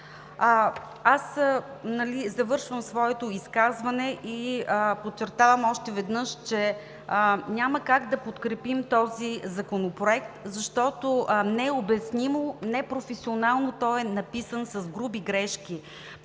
Завършвам своето изказване и подчертавам още веднъж, че няма как да подкрепим този законопроект, защото необяснимо, непрофесионално, той е написан с груби грешки.